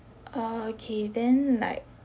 ah okay then like